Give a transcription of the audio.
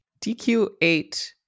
DQ8